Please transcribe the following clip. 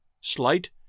slight